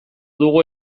dugu